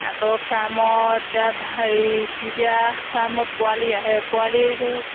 আকৌ ফাৰ্মত এতিয়া হেৰি যেতিয়া হেৰি যেতিয়া ফাৰ্মত পোৱালি আহে পোৱালিটো